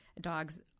dogs